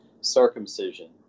circumcision